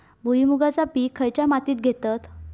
भुईमुगाचा पीक खयच्या मातीत घेतत?